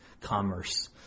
commerce